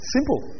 Simple